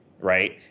right